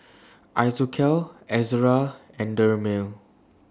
Isocal Ezerra and Dermale